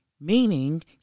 meaning